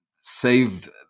Save